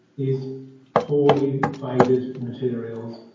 is poorly, faded materials.